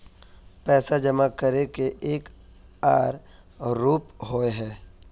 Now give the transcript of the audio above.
पैसा जमा करे के एक आर रूप होय है?